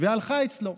והלכה אצלו.